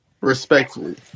Respectfully